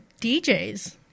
DJs